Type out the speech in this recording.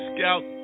Scout